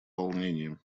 волнении